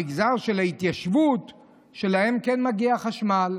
המגזר של ההתיישבות, שלהם כן מגיע חשמל.